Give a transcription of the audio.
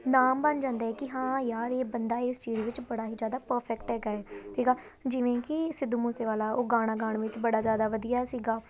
ਨਾਮ ਬਣ ਜਾਂਦਾ ਹੈ ਕਿ ਹਾਂ ਯਾਰ ਇਹ ਬੰਦਾ ਇਸ ਚੀਜ਼ ਵਿੱਚ ਬੜਾ ਹੀ ਜ਼ਿਆਦਾ ਪਰਫੈਕਟ ਹੈਗਾ ਹੈ ਠੀਕ ਆ ਜਿਵੇਂ ਕਿ ਸਿੱਧੂ ਮੂਸੇਵਾਲਾ ਉਹ ਗਾਣਾ ਗਾਉਣ ਵਿੱਚ ਬੜਾ ਜ਼ਿਆਦਾ ਵਧੀਆ ਸੀਗਾ